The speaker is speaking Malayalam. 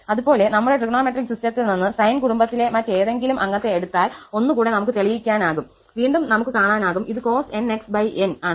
അതുപോലെ നമ്മുടെ ട്രിഗണോമെട്രിക് സിസ്റ്റത്തിൽ നിന്ന് സൈൻ കുടുംബത്തിലെ മറ്റേതെങ്കിലും അംഗത്തെ എടുത്താൽ 1 കൂടെ നമുക്ക് തെളിയിക്കാനാകും വീണ്ടും നമുക് കാണാനാകും ഇത് cos 𝑛𝑥𝑛 ആണ്